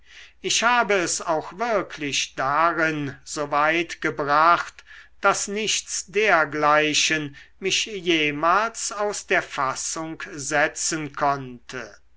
ich habe es auch wirklich darin so weit gebracht daß nichts dergleichen mich jemals aus der fassung setzen konnte